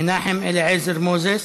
מנחם אליעזר מוזס,